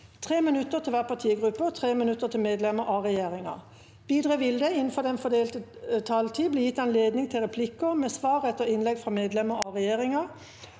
3 minutter til hver partigruppe og 3 minutter til medlemmer av regjeringa. Videre vil det – innenfor den fordelte taletid – bli gitt anledning til replikker med svar etter innlegg fra medlemmer av regjeringa,